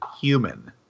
human